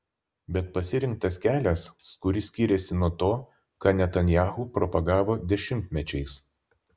bet pasirinktas kelias kuris skiriasi nuo to ką netanyahu propagavo dešimtmečiais